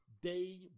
day